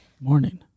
Morning